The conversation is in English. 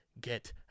get